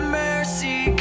mercy